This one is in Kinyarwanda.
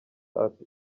ati